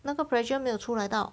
那个 pressure 没有出来到